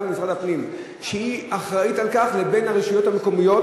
במשרד הפנים שאחראית לכך לבין הרשויות המקומיות,